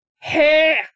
Hey